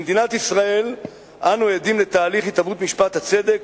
במדינת ישראל אנו עדים לתהליך התהוות משפט הצדק,